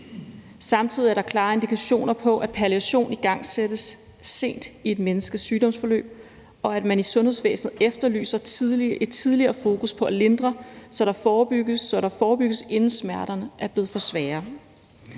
Samtidig er der klare indikationer på, at palliation igangsættes sent i et menneskes sygdomsforløb, og at man i sundhedsvæsenet efterlyser et tidligere fokus på at lindre, så der forebygges, inden smerterne er blevet for svære.